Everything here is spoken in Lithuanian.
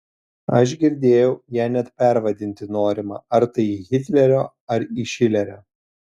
aš girdėjau ją net pervadinti norima ar tai į hitlerio ar į šilerio